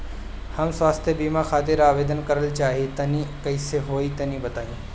हम स्वास्थ बीमा खातिर आवेदन करल चाह तानि कइसे होई तनि बताईं?